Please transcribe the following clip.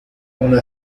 una